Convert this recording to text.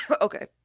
Okay